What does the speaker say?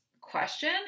question